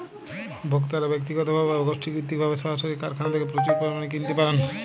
ভোক্তারা ব্যক্তিগতভাবে বা গোষ্ঠীভিত্তিকভাবে সরাসরি কারখানা থেকে প্রচুর পরিমাণে কিনতে পারেন